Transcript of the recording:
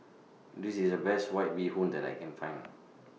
This IS The Best White Bee Hoon that I Can Find